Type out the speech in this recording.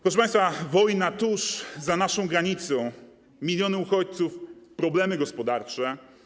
Proszę państwa, wojna tuż za naszą granicą, miliony uchodźców, problemy gospodarcze.